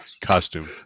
costume